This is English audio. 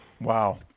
Wow